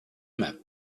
map